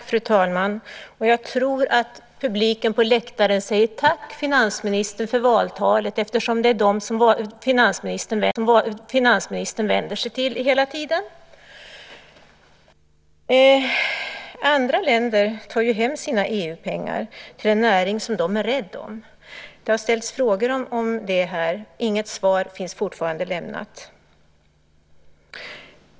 Fru talman! Jag tror att publiken på åhörarläktaren säger: Tack, finansministern, för valtalet. Det är ju dem finansministern hela tiden vänder sig till. Andra länder tar hem sina EU-pengar till en näring som de är rädda om. Om detta har här ställts frågor, men fortfarande har inga svar lämnats.